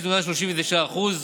לצד מימון צרכים